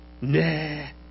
Nah